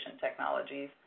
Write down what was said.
technologies